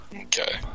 Okay